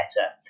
better